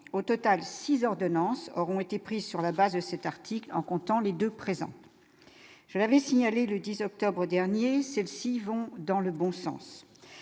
au total 6 ordonnances auront été prises sur la base de cet article en comptant les 2 présents, je l'avais signalé le 10 octobre dernier, celles-ci vont dans le bon sens